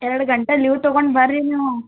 ಎರಡು ಗಂಟೆ ಲೀವ್ ತಗೊಂಡು ಬರ್ರಿ ನೀವೂ